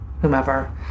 whomever